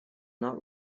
not